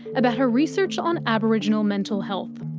about her research on aboriginal mental health.